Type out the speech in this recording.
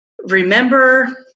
remember